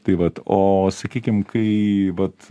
tai vat o sakykim kai vat